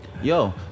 Yo